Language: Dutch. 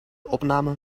opname